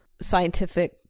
scientific